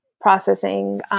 processing